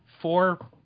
four